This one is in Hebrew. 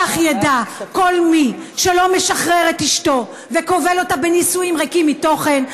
כך ידע כל מי שלא משחרר את אשתו וכובל אותה בנישואים ריקים מתוכן,